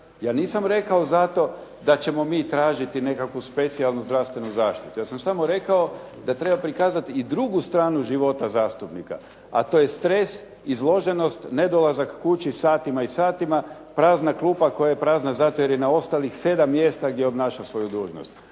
Ja nisam rekao da ćemo mi tražiti nekakvu specijalnu zdravstvenu zaštitu. Ja sam samo rekao da treba prikazati i drugu stranu života zastupnika. A to je stres, izloženost, nedolazak kući satima i satima, prazna klupa koja je prazna zato jer je na ostalih sedam mjesta gdje obnaša svoju dužnost.